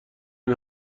این